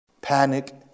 panic